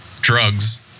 drugs